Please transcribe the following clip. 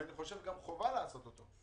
ואני חושב שגם חובה לעשות אותו.